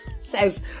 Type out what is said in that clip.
Says